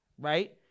right